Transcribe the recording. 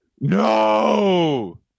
No